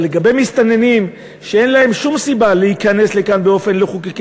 אבל לגבי מסתננים שאין להם שום סיבה להיכנס לכאן באופן לא חוקי,